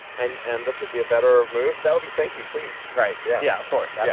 and and this would be a better move, that would be, thank you, please. right, yeah yeah of course, yeah